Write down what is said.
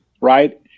right